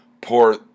poor